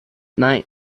night